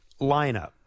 lineup